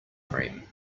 cream